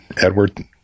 Edward